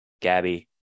Gabby